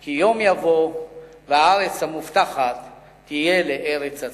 כי יום יבוא והארץ המובטחת תהיה לארץ הצבי.